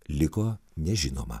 liko nežinoma